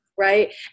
Right